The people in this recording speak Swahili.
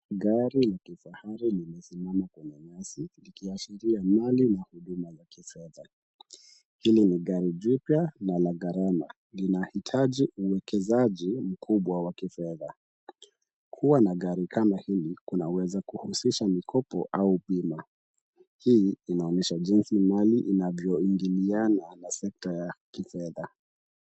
Gari la kifahari limesimama kwenye nyasi likiashiria mali na huduma za kifedha. Hili ni gari jipya na la gharama. Linahitaji uwekezaji mkubwa wa kifedha. Kuwa na gari kubwa kama hili kunaweza husisha mikopo au bima .Hii inaonyesha jinsi mali inavyoingiliana na sekta ya kifedha.